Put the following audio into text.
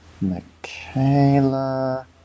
Michaela